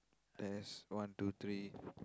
test one two three